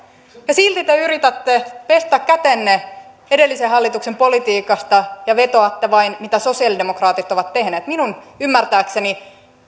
silti te yritätte pestä kätenne edellisen hallituksen politiikasta ja vetoatte vain siihen mitä sosialidemokraatit ovat tehneet minun ymmärtääkseni